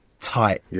tight